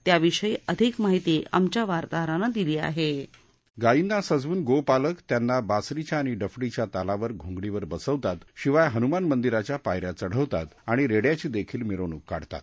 त्याविषयी अधिक माहिती आमच्या वार्ताहरानी दिली आहे गायींना सजवून गोपालक त्यांना बासरीच्या आणि डफडीच्या तालावर घोंगडीवर बसवितात शिवाय हनुमान मंदिराच्या पायन्या चढवितात आणि रेङ्याची देखील मिरवणूक काढतात